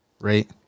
right